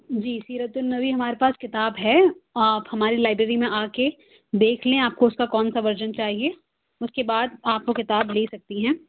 جی سیرت النّبی ہمارے پاس کتاب ہے آپ ہمارے لائبریری میں آکے دیکھ لیں آپ کو اُس کا کونسا ورژن چاہیے اُس کے بعد آپ وہ کتاب لے سکتی ہیں